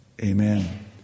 Amen